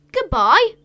goodbye